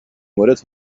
مورد